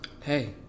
Hey